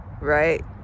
right